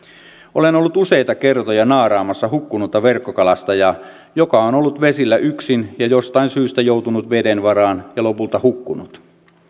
olen ollut useita kertoja naaraamassa hukkunutta verkkokalastajaa joka on ollut vesillä yksin ja jostain syystä joutunut veden varaan ja lopulta hukkunut